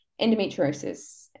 endometriosis